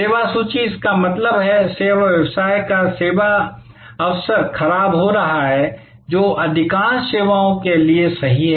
सेवा सूची इसका मतलब है सेवा व्यवसाय का सेवा अवसर खराब हो रहा है जो अधिकांश सेवाओं के लिए सही है